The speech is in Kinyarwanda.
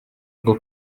bwo